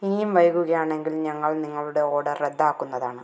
ഇനിയും വൈകുകയാണെങ്കിൽ ഞങ്ങൾ നിങ്ങളുടെ ഓർഡർ റദ്ദാക്കുന്നതാണ്